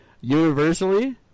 universally